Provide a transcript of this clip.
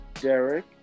Derek